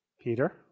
Peter